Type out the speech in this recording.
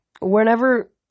Whenever